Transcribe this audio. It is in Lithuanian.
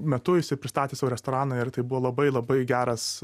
metu jisai pristatė savo restoraną ir tai buvo labai labai geras